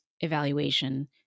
evaluation